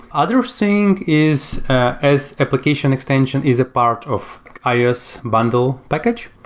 other thing is as application extension is a part of ios bundle package,